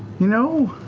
you know?